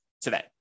today